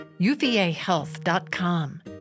uvahealth.com